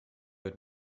wird